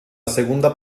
segunda